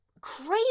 crazy